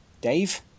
Dave